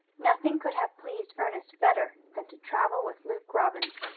nothing could have pleased ernest better than to travel with luke robbins.